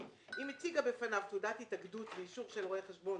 אם הציגה בפניו תעודת התאגדות ואישור של רואה חשבון